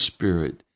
Spirit